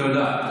דודי, תודה.